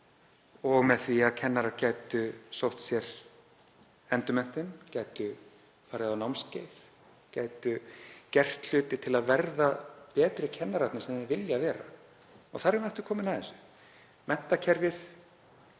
og með því að kennarar gætu sótt sér endurmenntun, gætu farið á námskeið, gætu gert hluti til að verða betri kennarar, sem þau vilja vera. Þar erum við aftur komin að því að menntakerfið